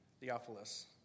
Theophilus